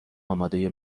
آماده